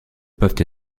peuvent